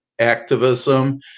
activism